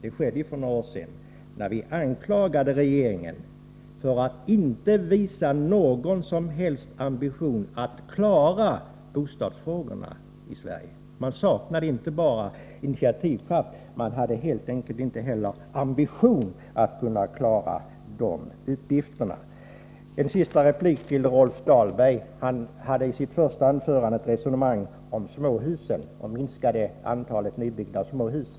Det skedde för några år sedan, då vi anklagade den dåvarande regeringen för att inte visa någon som helst ambition att klara bostadsfrågorna i Sverige. Man saknade inte bara initiativkraft — man hade helt enkelt inte ambition att klara dessa uppgifter. En sista replik till Rolf Dahlberg: Han hade i sitt första anförande ett resonemang om det minskade antalet nybyggda småhus.